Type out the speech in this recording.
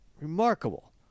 remarkable